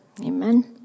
Amen